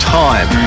time